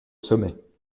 sommet